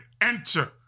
enter